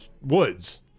woods